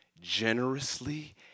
generously